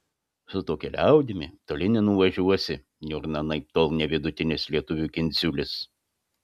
su tokia liaudimi toli nenuvažiuosi niurna anaiptol ne vidutinis lietuvių kindziulis